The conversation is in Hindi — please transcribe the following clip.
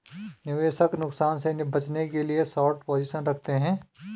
निवेशक नुकसान से बचने के लिए शार्ट पोजीशन रखते है